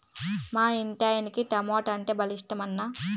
మా ఇంటాయనకి టమోటా అంటే భలే ఇట్టమన్నా